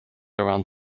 around